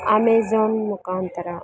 Amazon ಮುಖಾಂತರ